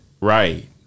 Right